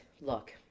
look